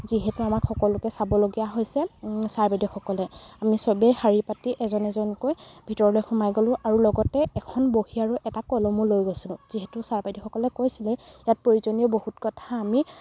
যিহেতু আমাক সকলোকে চাবলগীয়া হৈছে ছাৰ বাইদেউসকলে আমি চবেই শাৰী পাতি এজন এজনকৈ ভিতৰলৈ সোমাই গ'লো আৰু লগতে এখন বহী আৰু এটা কলমো লৈ গৈছিলোঁ যিহেতু ছাৰ বাইদেউসকলে কৈছিলে ইয়াত প্ৰয়োজনীয় বহুত কথা আমি